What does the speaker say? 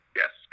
yes